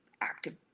active